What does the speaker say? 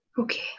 Okay